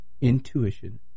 intuition